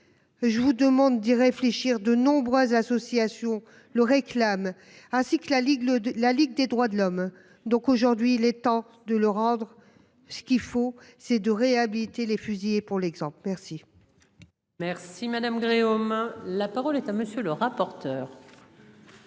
Je vous demande d'y réfléchir. De nombreuses associations le réclament ainsi que la Ligue le de la Ligue des droits de l'homme. Donc aujourd'hui il est temps de le rendre ce qu'il faut c'est de réhabiliter les fusillés pour l'exemple. Merci